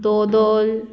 दोदोल